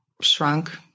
shrunk